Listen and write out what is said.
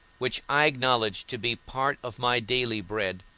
which i acknowledge to be part of my daily bread,